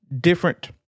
different